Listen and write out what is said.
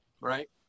right